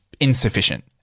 insufficient